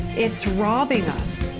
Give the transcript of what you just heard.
it's robbing us.